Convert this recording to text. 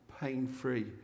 pain-free